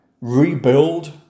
rebuild